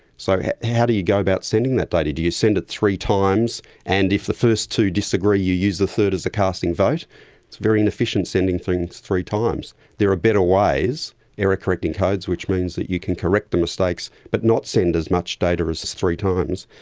so how do you go about sending that data? do you send it three times, and if the first two disagree you use the third as a casting vote? it's a very inefficient sending things three times. there are better ways, error correcting codes, which means that you can correct the mistakes but not send as much data as as three times.